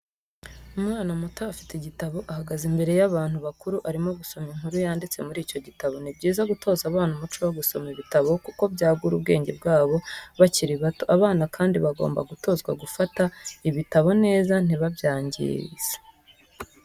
Umwana muto afite igitabo ahagaze imbere y'abantu bakuru arimo gusoma inkuru yanditse muri icyo gitabo. Ni byiza gutoza abana umuco wo gusoma ibitabo kuko byagura ubwenge bwabo bakiri bato, abana kandi bagomba gutozwa gufata ibitabo neza ntibabyangize.